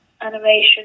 animation